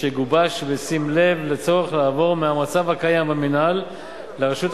שגובש בשים לב לצורך לעבור מהמצב הקיים במינהל לרשות החדשה,